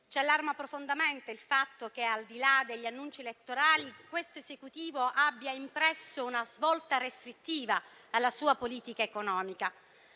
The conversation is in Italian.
Ci allarma profondamente il fatto che, al di là degli annunci elettorali, l'Esecutivo abbia impresso una svolta restrittiva alla sua politica economica.